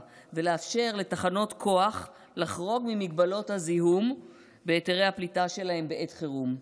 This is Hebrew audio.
ולאפשר לתחנות כוח לחרוג ממגבלות הזיהום בהיתרי הפליטה שלהן בעת חירום.